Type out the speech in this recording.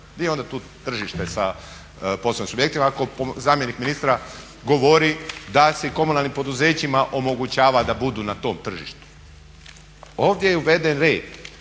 Gdje je onda tu tržište sa poslovnim subjektima ako zamjenik ministra govori da se i komunalnim poduzećima omogućava da budu na tom tržištu. Ovdje je uveden red,